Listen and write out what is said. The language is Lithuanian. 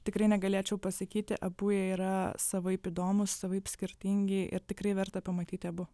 tikrai negalėčiau pasakyti abu jie yra savaip įdomūs savaip skirtingi ir tikrai verta pamatyti abu